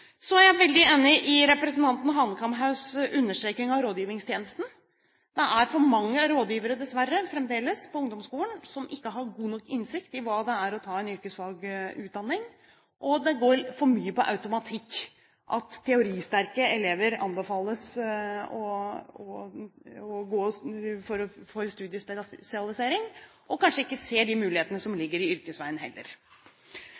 Så er jeg veldig enig i representanten Hanekamhaugs understreking av rådgivningstjenesten. Det er fremdeles for mange rådgivere, dessverre, på ungdomsskolen som ikke har god nok innsikt i hva det vil si å ta en yrkesfagutdanning, og det går for mye på automatikk, at teoristerke elever anbefales å gå for studiespesialisering – og kanskje ikke ser de mulighetene som